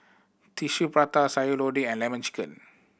Tissue Prata Sayur Lodeh and Lemon Chicken